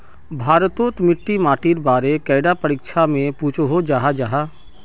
भारत तोत मिट्टी माटिर बारे कैडा परीक्षा में पुछोहो जाहा जाहा?